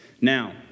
Now